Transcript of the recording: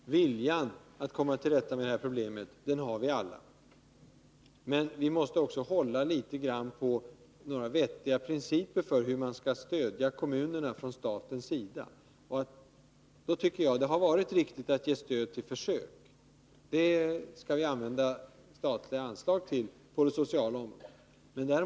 Herr talman! Viljan att komma till rätta med problemen har vi alla. Men vi måste också hålla på att vi skall ha vettiga principer för hur man skall stödja koramunerna från statens sida. Det har varit riktigt att ge stöd till försök. Till sådana skall vi använda statliga anslag på det sociala området.